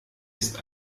ist